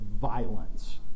violence